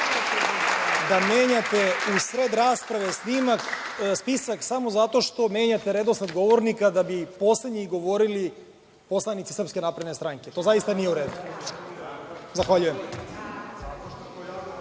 da menjate u sred rasprave spisak samo zato što menjate redosled govornika da bi poslednji govorili poslanici SNS. To zaista nije u redu. Zahvaljujem.